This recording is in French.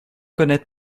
connaître